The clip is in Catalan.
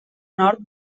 nord